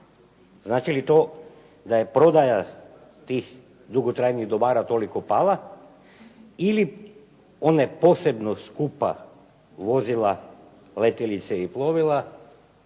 Znači li to da je prodaja tih dugotrajnih dobara toliko pala ili one posebno skupa vozila, letjelice i plovila